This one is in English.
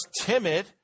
timid